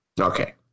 Okay